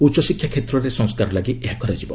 ଉଚ୍ଚଶିକ୍ଷା କ୍ଷେତ୍ରରେ ସଂସ୍କାର ଲାଗି ଏହା କରାଯିବ